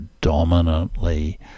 predominantly